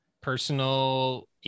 personal